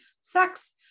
sex